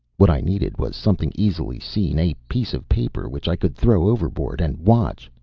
what i needed was something easily seen, a piece of paper, which i could throw overboard and watch.